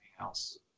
else